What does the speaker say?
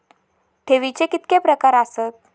ठेवीचे कितके प्रकार आसत?